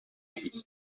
iki